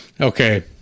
Okay